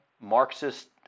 Marxist